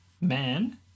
Man